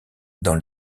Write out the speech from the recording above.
dans